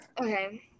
Okay